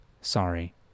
sorry